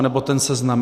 Nebo ten seznam.